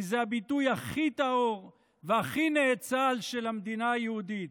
כי זה הביטוי הכי טהור והכי נאצל של המדינה היהודית,